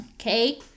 Okay